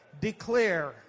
declare